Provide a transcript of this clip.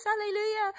hallelujah